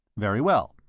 very well.